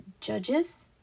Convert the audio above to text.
Judges